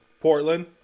Portland